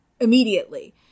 immediately